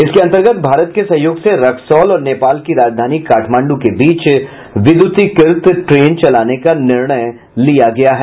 इसके अंतर्गत भारत के सहयोग से रक्सौल और नेपाल की राजधानी काठमांड् के बीच विद्युतिकृत ट्रेन चलाने का निर्णय लिया गया है